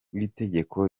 w’itegeko